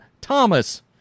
Thomas